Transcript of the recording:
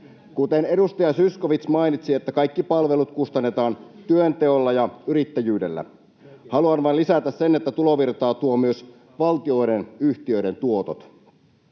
Kuten edustaja Zyskowicz mainitsi, niin kaikki palvelut kustannetaan työnteolla ja yrittäjyydellä. Haluan vain lisätä sen, että tulovirtaa tuovat myös valtionyhtiöiden tuotot.